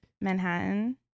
Manhattan